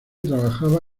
trabaja